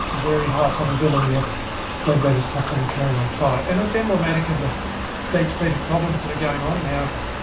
very high probability of leadbeater's possum occurring on site, and it's emblematic of the deep seated problems that are going on now,